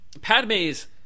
Padme's